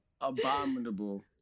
Abominable